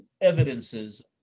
evidences